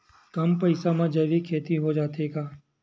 कम पईसा मा जैविक खेती हो जाथे का?